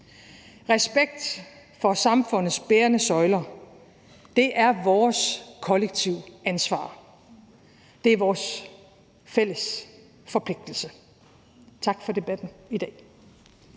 Respekt for samfundets bærende søjler er vores kollektive ansvar. Det er vores fælles forpligtelse. Tak for debatten i dag.